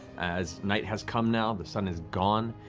as night has come now, the sun has gone,